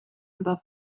above